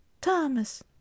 thomas